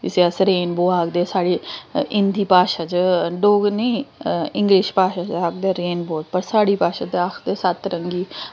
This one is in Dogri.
जिसी अस रेनबो आखदे साढ़ी हिन्दी भाशा च डोगरी नी इंग्लिश भाशा च आखदे रेनबो पर साढ़ी भाशा च आखदे सत्त रंगी